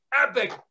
epic